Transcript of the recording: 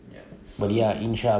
so